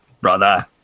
brother